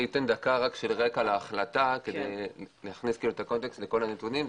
אני אתן רקע להחלטה כדי להכניס את הקונטקסט לכל הנתונים.